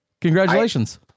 congratulations